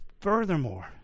Furthermore